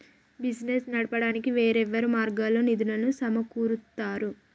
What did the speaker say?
business నడపడానికి వేర్వేరు మార్గాల్లో నిధులను సమకూరుత్తారు